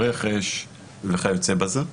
רכש וכיוצא בזה.